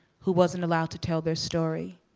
who wasn't allowed to tell their story?